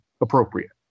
appropriate